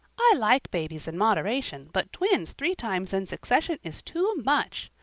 i like babies in moderation, but twins three times in succession is too much.